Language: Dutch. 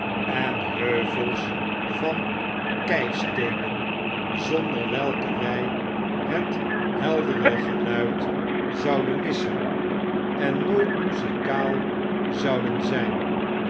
en heuvels van keisteenen zonder welke wij het heldere geluid zouden missen en nooit niuzikaal zoudenzgti en